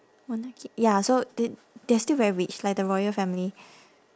monarchy ya so th~ they are still very rich like the royal family